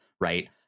right